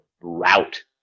route